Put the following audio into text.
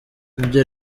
ibyo